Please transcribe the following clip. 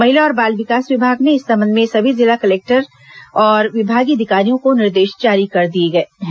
महिला और बाल विकास विभाग ने इस संबंध में सभी जिला कलेक्टरों और विभागीय अधिकारियों को निर्देश जारी कर दिए गए हैं